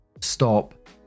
Stop